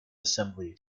assembly